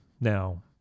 Now